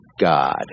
God